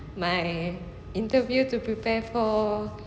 my interview to prepare for